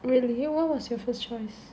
really what was your first choice